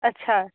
ਅੱਛਾ